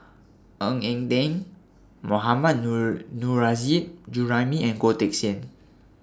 Ng Eng Teng Mohammad Nurrasyid Juraimi and Goh Teck Sian